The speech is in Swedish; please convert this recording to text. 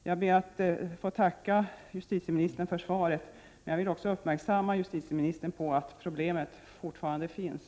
Jag ber att få tacka justitieministern för svaret, men jag vill också göra justitieministern uppmärksammad på att problemet fortfarande finns.